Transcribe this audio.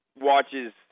watches